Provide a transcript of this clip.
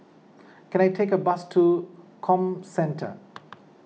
can I take a bus to Comcentre